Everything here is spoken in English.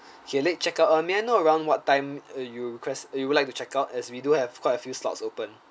okay late check out uh may I know around what time uh you request you would like to check out as we do have quite a few slots opened